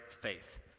faith